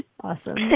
Awesome